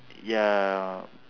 ya